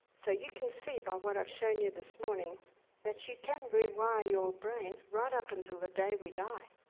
so you can see by what i've shown you this morning that you can rewire your brain right up until the day we die.